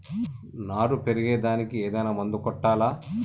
నారు పెరిగే దానికి ఏదైనా మందు కొట్టాలా?